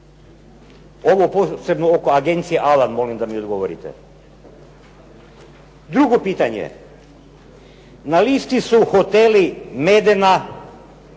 Ovo posebno oko "Agencije Alan" molim da mi odgovorite. Drugo pitanje. Na listi su hoteli Medena